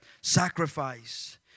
Sacrifice